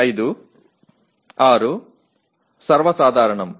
5 6 సర్వసాధారణం